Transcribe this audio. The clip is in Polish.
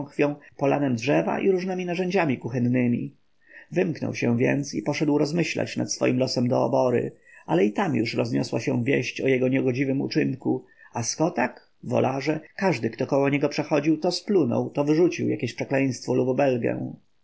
polanem drzewa i różnemi narzędziami kuchennemi wymknął się więc i poszedł rozmyślać nad swym losem do obory ale i tam już rozniosła się wieść o jego niegodziwym uczynku a skotak wolarze każdy kto koło niego przechodził to splunął to wyrzucił jakieś przekleństwo lub obelgę